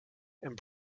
and